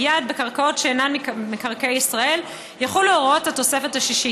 יד בקרקעות שאינן מקרקעי ישראל יחולו הוראות התוספת השישית.